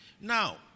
Now